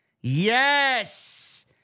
Yes